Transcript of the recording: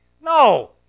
No